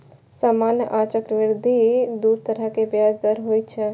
सामान्य आ चक्रवृद्धि दू तरहक ब्याज दर होइ छै